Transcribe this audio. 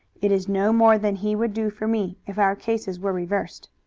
it is no more than he would do for me if our cases were reversed.